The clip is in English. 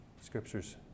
Scripture's